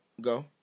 Go